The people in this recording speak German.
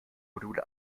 module